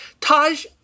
Taj